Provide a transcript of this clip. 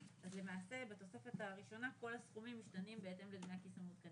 אז למעשה בתוספת הראשונה כל הסכומים משתנים בהתאם לדמי הכיס המעודכנים.